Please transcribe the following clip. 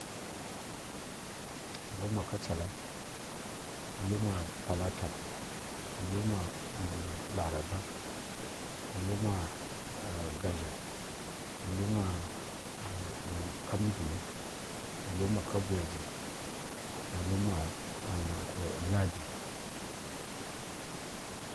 Luma ka tsala luma talata luma laraba luma gadza luma ka mǝvǝni luma ka buyadzǝ luma ladi